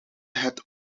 het